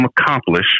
accomplish